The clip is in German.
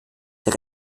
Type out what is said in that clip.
der